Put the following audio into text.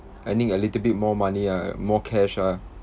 adding a little bit more money ah more cash ah